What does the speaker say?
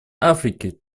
африки